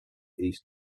east